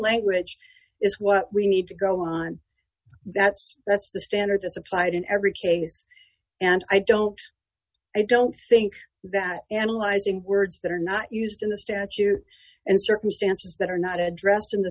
language is what we need to go on that's that's the standard that's applied in every case and i don't i don't think that analyzing words that are not used in the statute and circumstances that are not addressed in the